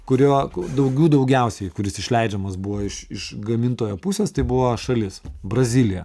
kurio daugių daugiausiai kuris išleidžiamas buvo iš iš gamintojo pusės tai buvo šalis brazilija